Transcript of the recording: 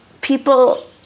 people